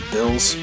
Bills